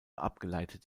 abgeleitet